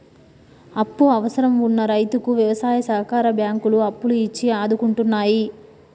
అప్పు అవసరం వున్న రైతుకు వ్యవసాయ సహకార బ్యాంకులు అప్పులు ఇచ్చి ఆదుకుంటున్నాయి